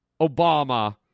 Obama